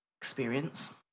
experience